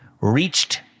reached